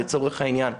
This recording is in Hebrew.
לצורך העניין,